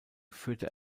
führte